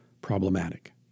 problematic